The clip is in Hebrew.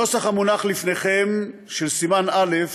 הנוסח המונח לפניכם של סימן א'